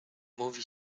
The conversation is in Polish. mówi